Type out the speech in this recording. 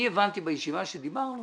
בישיבה הבנתי